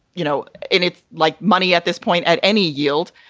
you know, and it's like money at this point at any yield.